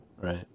Right